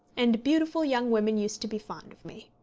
and beautiful young women used to be fond of me.